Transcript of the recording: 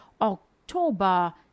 october